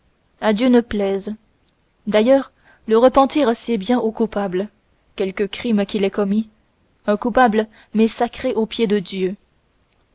à dieu ne plaise d'ailleurs le repentir sied bien aux coupables quelque crime qu'il ait commis un coupable m'est sacré aux pieds de dieu